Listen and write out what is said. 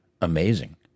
amazing